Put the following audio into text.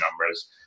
numbers